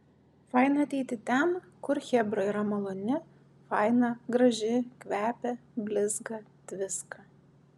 faina ateiti ten kur chebra yra maloni faina graži kvepia blizga tviska